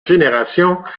générations